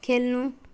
खेल्नु